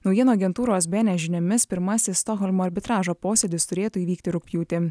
naujienų agentūros bns žiniomis pirmasis stokholmo arbitražo posėdis turėtų įvykti rugpjūtį